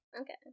okay